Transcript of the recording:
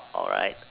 alright